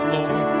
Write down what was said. Lord